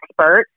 expert